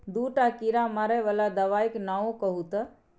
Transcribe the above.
दूटा कीड़ा मारय बला दबाइक नाओ कहू तए